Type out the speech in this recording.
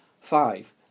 Five